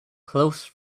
close